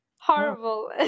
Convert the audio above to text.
horrible